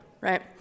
right